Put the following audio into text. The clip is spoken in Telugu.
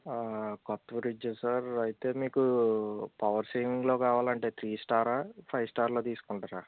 కొత్త ఫ్రిడ్జ్ సార్ అయితే మీకు పవర్ సేవింగ్లో కావాలంటే త్రీ స్టారా ఫైవ్ స్టార్లో తీసుకుంటారా